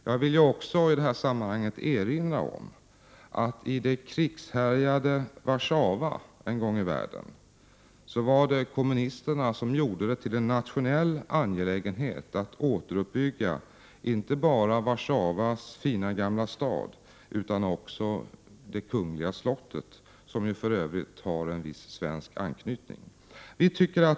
Jag vill också i detta sammanhang erinra om att det i det krigshärjade Warszawa en gång i världen var kommunisterna som gjorde det till en nationell angelägenhet att återuppbygga inte bara Warszawas fina gamla stad utan också det kungliga slottet, som för övrigt har en viss svensk anknytning.